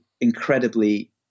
incredibly